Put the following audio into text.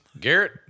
Garrett